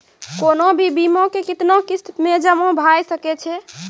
कोनो भी बीमा के कितना किस्त मे जमा भाय सके छै?